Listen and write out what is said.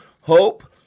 Hope